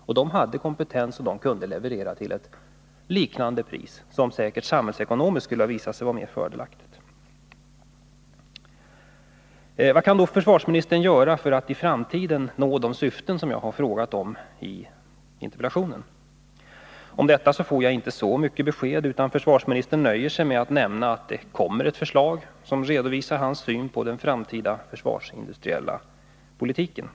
L M Ericsson hade kompetens och kunde leverera till ett liknande pris, som säkert skulle ha visat sig vara mer fördelaktigt samhällsekonomiskt. Vad kan då försvarsministern göra för att i framtiden handla så att man når de syften jag har angivit i interpellationen? På den punkten får jag inte några besked. Försvarsministern nöjer sig med att nämna att det till våren kommer ett förslag som redovisar hans syn på den framtida försvarsindustriella politiken.